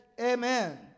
amen